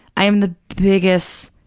i am the biggest,